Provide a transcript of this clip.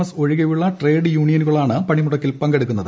S ഒഴികെയുള്ള trade യൂണിയനുകളാണ് പണിമുടക്കിൽ പങ്കെടുക്കുന്നത്